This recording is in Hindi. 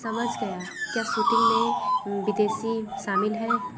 समझ गया क्या शूटिन्ग में विदेशी शामिल हैं